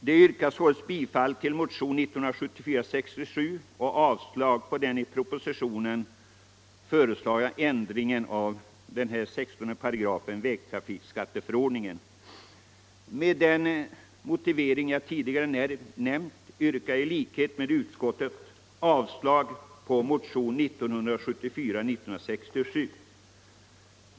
De yrkar således bifall till motionen 1967 och avslag på den i propositionen föreslagna ändringen av 16 § vägtrafikskatteförordningen. Med den motivering jag tidigare nämnt yrkar jag i likhet med utskottet avslag på motionen 1967.